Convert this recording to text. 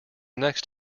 next